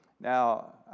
Now